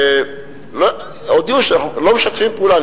שהודיעו שלא משתפים פעולה.